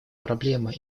проблема